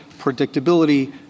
predictability